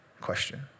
question